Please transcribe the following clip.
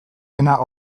dena